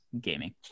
gaming